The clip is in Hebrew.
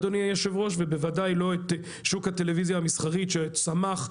ובוודאי לא את שוק הטלוויזיה המסחרית שצמח,